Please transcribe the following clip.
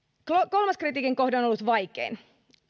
kolmas kritiikin kohde on ollut vaikein